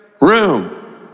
room